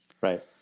Right